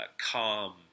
calm